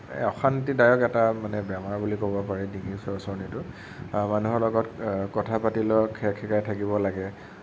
অশান্তিদায়ক এটা মানে বেমাৰ বুলি ক'ব পাৰি ডিঙিৰ চৰচৰনিটো মানুহৰ লগত কথা পাতিলেও খেৰখেৰাই থাকিব লাগে